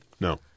No